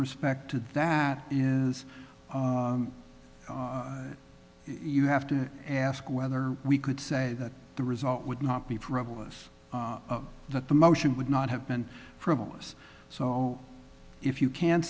respect to that is you have to ask whether we could say that the result would not be frivolous that the motion would not have been frivolous so if you can't